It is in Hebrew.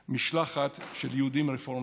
משלחת של יהודים רפורמים,